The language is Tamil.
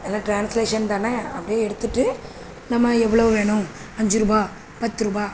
எல்லாம் ட்ரான்ஸ்லேஷன் தானே அப்படி எடுத்துகிட்டு நம்ம எவ்வளோ வேணும் அஞ்சு ரூபா பத்து ரூபா